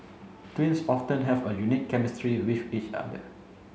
twins often have a unique chemistry with each other